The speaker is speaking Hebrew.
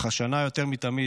אך השנה יותר מתמיד,